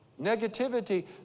Negativity